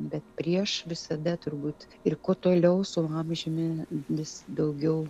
bet prieš visada turbūt ir kuo toliau su amžiumi vis daugiau